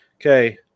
Okay